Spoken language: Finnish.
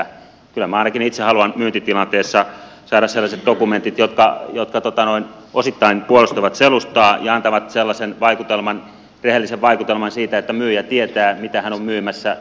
kyllä minä ainakin itse haluan myyntitilanteessa saada sellaiset dokumentit jotka osittain puolustavat selustaa ja antavat sellaisen rehellisen vaikutelman siitä että myyjä tietää mitä hän on myymässä